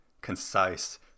concise